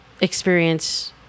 experience